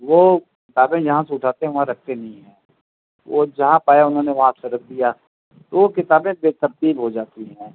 وہ کتابیں جہاں سے اٹھاتے ہیں وہاں رکھتے نہیں ہیں وہ جہاں پایا انہوں نے وہاں سے رکھ دیا تو وہ کتابیں بےترتیب ہو جاتی ہیں